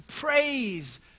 praise